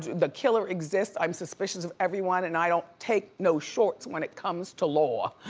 the killer exists, i'm suspicious of everyone, and i don't take no shorts when it comes to law.